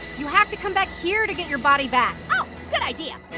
you have to come back here to get your body back. oh, good idea.